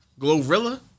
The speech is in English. Glorilla